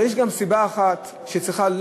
אבל יש גם סיבה אחת שצריכה,